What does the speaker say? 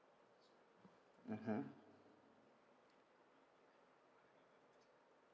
mmhmm